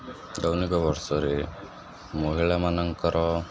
ଦୈନିକ ବର୍ଷରେ ମହିଳାମାନଙ୍କର